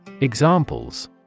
Examples